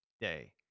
day